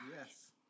Yes